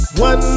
One